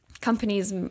companies